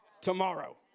tomorrow